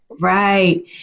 Right